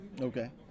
Okay